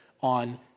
on